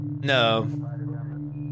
no